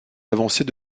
avancées